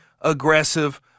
aggressive